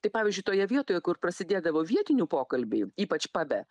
tai pavyzdžiui toje vietoje kur prasidėdavo vietinių pokalbiai ypač pabe